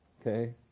Okay